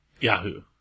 Yahoo